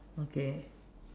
okay